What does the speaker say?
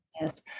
Yes